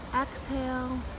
exhale